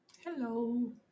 hello